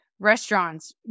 restaurants